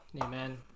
Amen